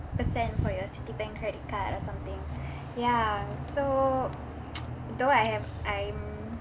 per cent for your citibank credit card or something ya so though I have I am